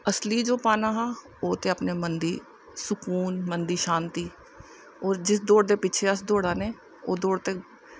असली जो पाना हा ओह् ते मन दी सकून मन दी शांती होर जिस दौड़ दे पिच्छें अस दौड़ा ने ओह् दौड़ ते